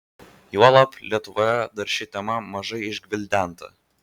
juolab lietuvoje dar ši tema mažai išgvildenta